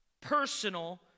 personal